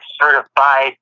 certified